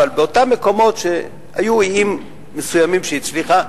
אבל באותם מקומות שהיו איים מסוימים שהיא הצליחה,